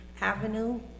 Avenue